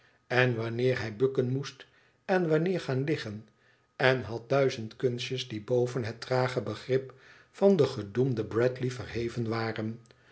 en wanneer hij bukken moest en wanneer gaan liggen en had duizend kunstjes die boven het trage begrip van den gedoemden bradley verheven waren